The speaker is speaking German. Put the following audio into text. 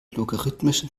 logarithmischen